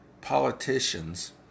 politicians